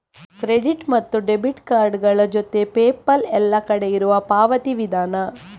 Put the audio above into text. credit ಮತ್ತು debit ಕಾರ್ಡುಗಳ ಜೊತೆಗೆ ಪೇಪಾಲ್ ಎಲ್ಲ ಕಡೆ ಇರುವ ಪಾವತಿ ವಿಧಾನ